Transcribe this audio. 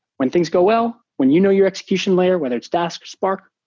when things go well, when you know your execution layer, whether it's dask or spark,